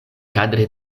kadre